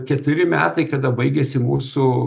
keturi metai kada baigiasi mūsų